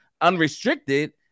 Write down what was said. unrestricted